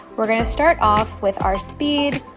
we're going to start off with our speed,